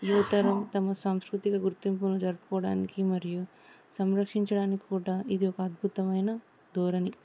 యుతరం తమ సాంస్కృతిక గుర్తింపును జరుపుకోవడానికి మరియు సంరక్షించడానికి కూడా ఇది ఒక అద్భుతమైన ధోరణి